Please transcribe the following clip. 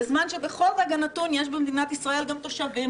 בזמן שבכל רגע נתון יש במדינת ישראל גם תושבים,